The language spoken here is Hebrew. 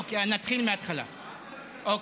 אוקיי, נתחיל מהתחלה, אוקיי.